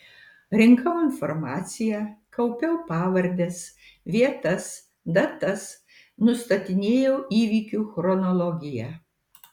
rinkau informaciją kaupiau pavardes vietas datas nustatinėjau įvykių chronologiją